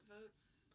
Votes